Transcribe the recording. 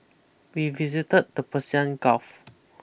we visited the Persian Gulf